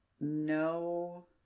no